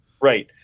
Right